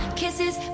kisses